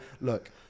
look